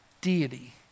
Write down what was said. deity